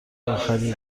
آخری